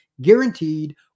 guaranteed